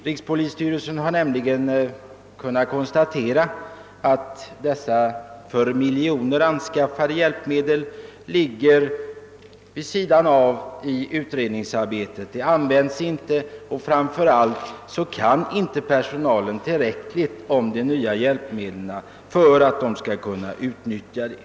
Rikspolisstyrelsen har nämligen kunnat konstatera att dessa för miljoner anskaffade hjälpmedel i stor utsträckning inte används i utredningsarbetet, därför att personalen inte kan tillräckligt om de nya hjälpmedlen för att kunna utnyttja dem.